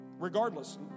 Regardless